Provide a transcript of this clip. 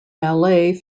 ballet